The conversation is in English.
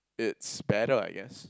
it's better I guess